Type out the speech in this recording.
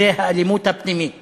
הוא האלימות הפנימית